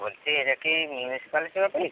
বলছি এটা কি মিউনিসিপালিটি অফিস